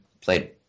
played